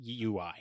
UI